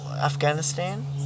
Afghanistan